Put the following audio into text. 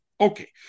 Okay